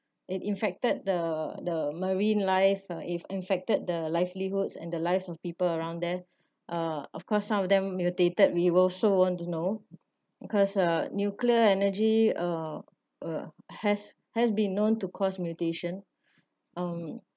it infected the the marine life uh it infected the livelihoods and the lives of people around there uh of course some of them mutated we will show on to know cause a nuclear energy uh uh has has been known to cause mutation um